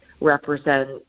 represent